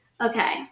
okay